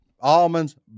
Almonds